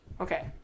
Okay